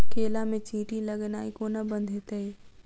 केला मे चींटी लगनाइ कोना बंद हेतइ?